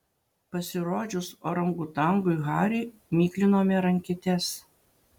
pasirodžius orangutangui hariui miklinome rankytes